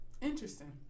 Interesting